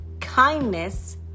kindness